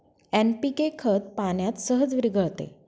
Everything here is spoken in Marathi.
एन.पी.के खत पाण्यात सहज विरघळते